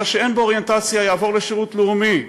מה שאין בו אוריינטציה יעבור לשירות לאומי.